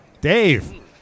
Dave